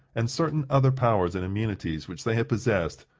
and certain other powers and immunities which they had possessed,